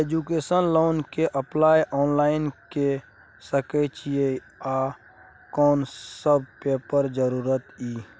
Education loan के apply online के सके छिए आ कोन सब पेपर के जरूरत इ?